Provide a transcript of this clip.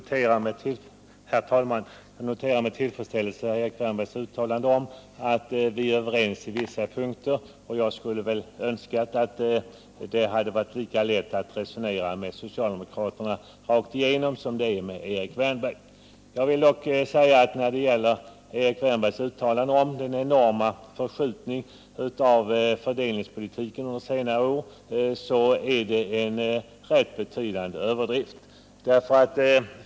Herr talman! Jag noterar med tillfredsställelse Erik Wärnbergs uttalande om att vi är överens på vissa punkter, och jag skulle önska att det hade varit lika lätt att resonera med socialdemokraterna överlag som det är med Erik Wärnberg. Erik Wärnbergs uttalande om den enorma förskjutningen av fördelningspolitiken under senare år är dock en rätt betydande överdrift.